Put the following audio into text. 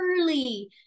early